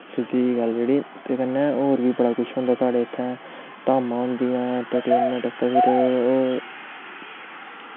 सीधी जेहे गल्ल जेह्ड़ी ते कन्नै होर बी बड़ा कुछ होंदा साढ़ै इत्थै धामां होंदियां इंट्रटेनमैंट आस्तै फिर